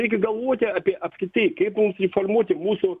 reikia galvoti apie apskritai kaip mums jį formuoti mūsų